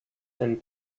and